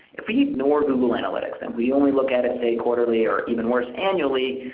if we ignore google analytics and we only look at it say quarterly or even worse, annually,